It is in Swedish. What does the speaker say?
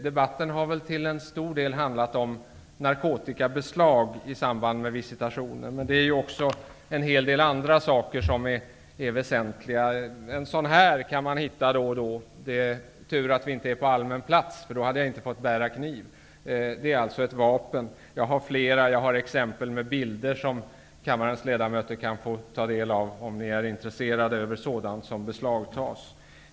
Debatten har väl till stor del handlat om narkotikabeslag i samband med visitationer. Men också en hel del andra saker är väsentliga. En kniv av det slag som jag har med mig här kan man hitta då och då. Det är tur att vi inte är på allmän plats, för då hade jag inte fått bära kniv. Det handlar alltså om ett vapen, och jag har fler. Jag har också bilder som de av kammarens ledamöter kan få ta del av som är intresserade av att se sådant som beslagtas.